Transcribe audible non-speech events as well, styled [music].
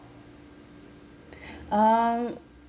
[breath] uh